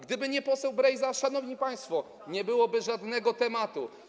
Gdyby nie poseł Brejza, szanowni państwo, nie byłoby żadnego tematu.